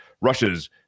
Russia's